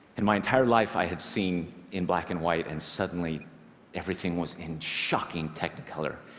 in my entire life i had seen in black and white, and suddenly everything was in shocking technicolor.